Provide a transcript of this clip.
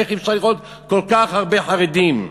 איך אפשר כל כך הרבה חרדים?